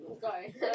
sorry